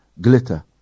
Glitter